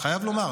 אני חייב לומר,